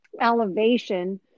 elevation